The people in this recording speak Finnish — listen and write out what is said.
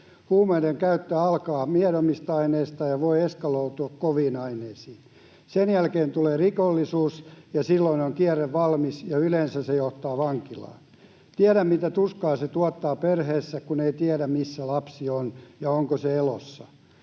Huumeiden käyttö alkaa miedommista aineista ja voi eskaloitua koviin aineisiin. Sen jälkeen tulee rikollisuus, ja silloin on kierre valmis, ja yleensä se johtaa vankilaan. Tiedän, mitä tuskaa se tuottaa perheessä, kun ei tiedä, missä lapsi on ja onko hän elossa.